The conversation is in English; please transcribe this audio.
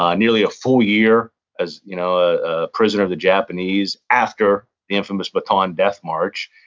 um nearly a full year as you know ah a prisoner of the japanese after the infamous bataan death march,